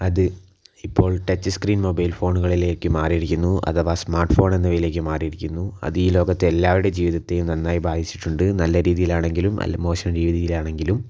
അത് ഇപ്പോൾ touch screen mobile ഫോണുകളിലേക്ക് മാറിയിരിക്കുന്നു അഥവാ സ്മാർട്ട് ഫോണെന്ന വിലയ്ക്ക് മാറിയിരിക്കുന്നു അതിൽ ലോകത്തെ എല്ലാവരുടെയും ജീവിതത്തേയും നന്നായി ബാധിച്ചിട്ടുണ്ട് നല്ലരീതിയിലാണെങ്കിലും അല്ലെങ്കിൽ മോശം രീതിയിലാണെങ്കിലും